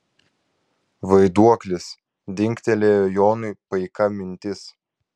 vaiduoklis dingtelėjo jonui paika mintis